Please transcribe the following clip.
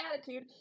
attitude